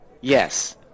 Yes